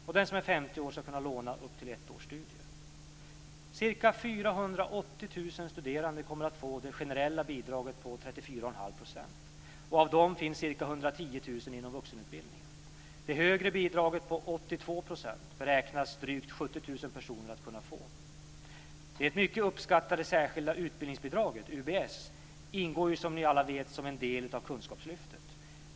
Den som är 50 år ska kunna låna till upp till ett års studier. Ca 480 000 studerande kommer att få det generella bidraget på 34,5 %. Av dem finns ca 110 000 beräknas drygt 70 000 personer kunna få. Det mycket uppskattade särskilda utbildningsbidraget, UBS, ingår som ni alla vet som en del i kunskapslyftet.